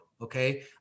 Okay